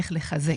איך לחזק.